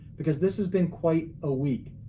because this has been quite a week.